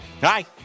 Hi